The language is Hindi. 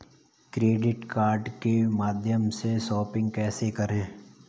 क्रेडिट कार्ड के माध्यम से शॉपिंग कैसे करें?